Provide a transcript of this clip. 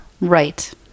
right